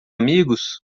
amigos